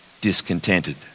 discontented